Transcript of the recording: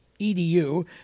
edu